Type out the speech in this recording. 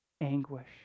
anguish